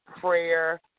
Prayer